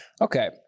Okay